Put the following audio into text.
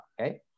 Okay